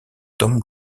tom